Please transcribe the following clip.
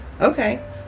okay